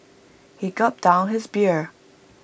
he gulped down his beer